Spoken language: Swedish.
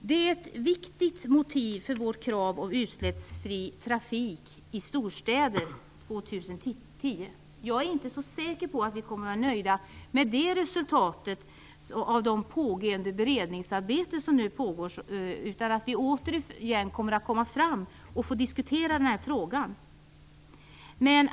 Detta är ett viktigt motiv för vårt krav på utsläppsfri trafik i storstäder 2010. Jag är inte så säker på att vi kommer att bli nöjda med resultatet av det utredningsarbete som nu pågår. Vi får nog återigen diskutera den här frågan.